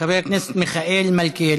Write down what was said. חבר הכנסת מלכיאלי.